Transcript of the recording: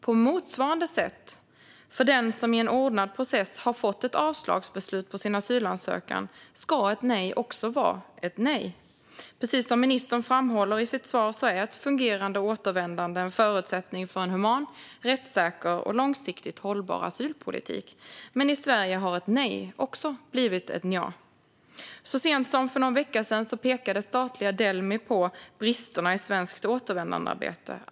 På motsvarande sätt ska ett nej också vara ett tydligt nej för den som i en ordnad process har fått ett beslut om avslag på sin asylansökan. Precis som ministern framhåller är ett fungerande återvändande en förutsättning för en human, rättssäker och långsiktigt hållbar asylpolitik. Men i Sverige har även ett nej blivit ett nja. Så sent som för någon vecka sedan pekade statliga Delmi på bristerna i svenskt återvändandearbete.